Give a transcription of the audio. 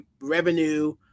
revenue